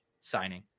signing